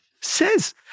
says